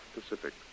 Pacific